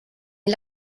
est